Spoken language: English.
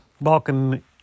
welcome